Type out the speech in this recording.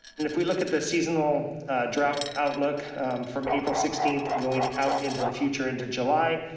and if we look at the seasonal drought outlook from april sixteenth, going out into the future into july,